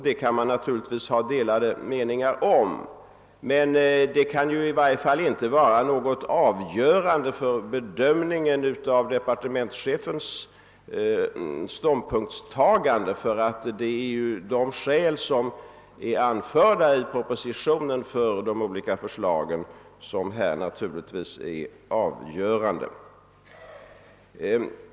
Det kan man naturligtvis ha delade meningar om, men det kan väl inte vara avgörande för bedömningen av departementschefens ståndpunktstagande. Det är naturligtvis de skäl för de olika förslagen som anförts i propositionen som är avgörande.